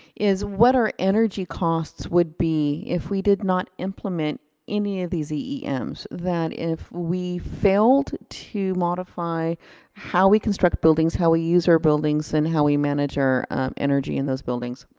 is what our energy costs would be if we did not implement any of these eems. that if we failed to modify how we construct buildings, how we use our buildings, and how we manage our energy in those buildings.